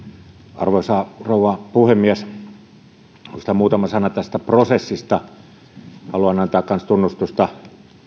arvoisa rouva puhemies oikeastaan muutama sana tästä prosessista haluan myös antaa tunnustusta